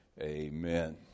amen